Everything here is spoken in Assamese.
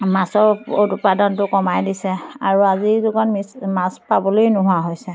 মাছৰ উৎপাদনটো কমাই দিছে আৰু আজিৰ যুগত মিছ মাছ পাবলৈ নোহোৱা হৈছে